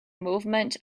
movement